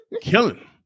Killing